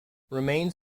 remains